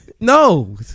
No